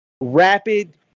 rapid